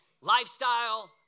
lifestyle